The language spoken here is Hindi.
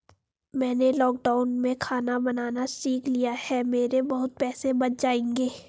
मैंने लॉकडाउन में खाना बनाना सीख लिया है, मेरे बहुत पैसे बच जाएंगे